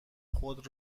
خود